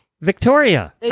victoria